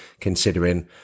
considering